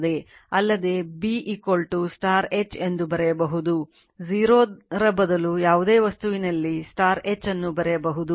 ಅಲ್ಲದೆ B H ಎಂದು ಬರೆಯಬಹುದು 0 ರ ಬದಲು ಯಾವುದೇ ವಸ್ತುವಿನಲ್ಲಿ H ಅನ್ನು ಬರೆಯಬಹುದು